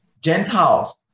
Gentiles